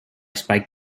spike